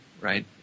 right